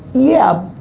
yeah,